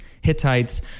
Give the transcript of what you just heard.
Hittites